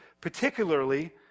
particularly